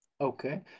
Okay